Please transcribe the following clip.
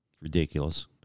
Ridiculous